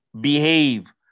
behave